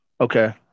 Okay